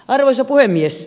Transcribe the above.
arvoisa puhemies